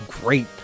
great